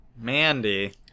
mandy